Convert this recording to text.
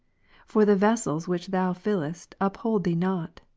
for the vessels which thou fillest uphold thee not,